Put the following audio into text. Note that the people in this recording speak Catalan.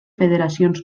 federacions